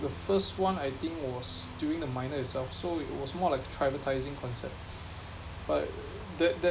the first one I think was during the minor itself so it was more like tryvertising concept but that that